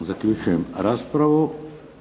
Zaključujem raspravu